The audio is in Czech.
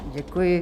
Děkuji.